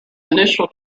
initial